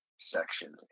section